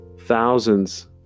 thousands